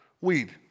Weed